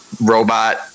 robot